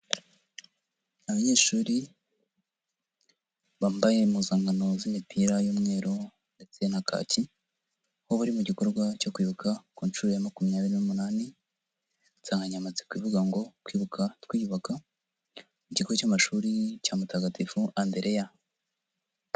Abanyeshuri bambaye impuzankano z'imipira y'umweru ndetse na kaki aho bari mu gikorwa cyo kwibuka ku nshuro ya makumyabiri n'umunani insanganyamatsiko ivuga ngo kwibuka twiyubaka ikigo cy'amashuri cya Mutagatifu Andereya.